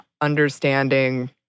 understanding